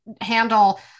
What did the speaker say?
handle